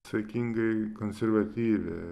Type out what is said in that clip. sakingai konservatyvi